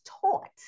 taught